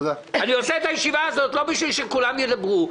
אני עורך את הישיבה הזאת לא בשביל שכולם ידברו.